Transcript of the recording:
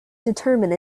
determine